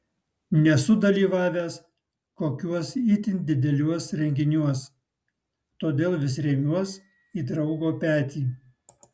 nesu dalyvavęs kokiuos itin dideliuos renginiuos todėl vis remiuos į draugo petį